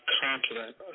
confident